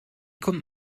kommt